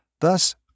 Thus